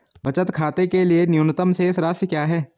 बचत खाते के लिए न्यूनतम शेष राशि क्या है?